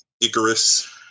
icarus